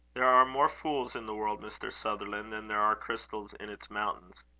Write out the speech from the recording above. there are more fools in the world, mr. sutherland, than there are crystals in its mountains.